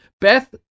Beth